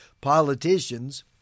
politicians